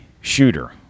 Shooter